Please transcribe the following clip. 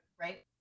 right